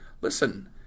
listen